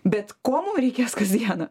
bet ko mum reikės kasdieną